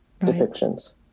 depictions